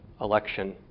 election